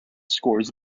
scores